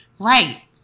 Right